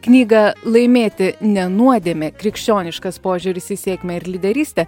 knygą laimėti ne nuodėmė krikščioniškas požiūris į sėkmę ir lyderystę